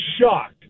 shocked